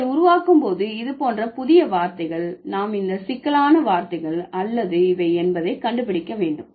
நீங்கள் உருவாக்கும் போது இது போன்ற புதிய வார்த்தைகள் நாம் இந்த சிக்கலான வார்த்தைகள் அல்லது இவை என்பதை கண்டுபிடிக்க வேண்டும்